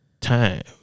time